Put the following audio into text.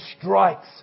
strikes